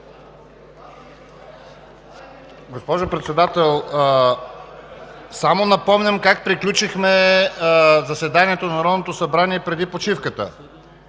Госпожо Председател, само напомням как приключихме заседанието на Народното събрание преди почивката.